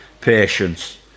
patience